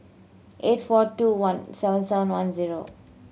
eight four two one seven seven one zero